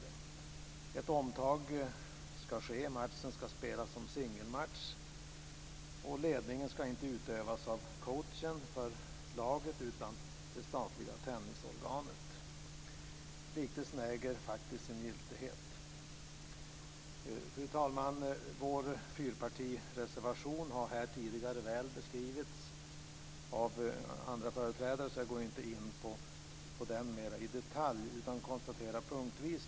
Ett omspel ska ske. Matchen ska spelas som singelmatch, och ledningen ska inte utövas av coachen för laget utan av det statliga tennisorganet. Denna liknelse äger faktiskt sin giltighet. Fru talman! Vår fyrpartireservation har tidigare väl beskrivits av andra företrädare. Därför går jag inte in på den i detalj utan tar upp några punkter.